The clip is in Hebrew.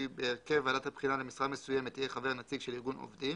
כי בהרכב ועדת הבחינה למשרה מסוימת יהיה חבר נציג של ארגון עובדים,